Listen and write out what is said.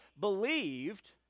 believed